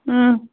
اۭں